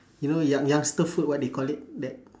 you know young~ youngster food what they call it that